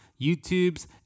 YouTubes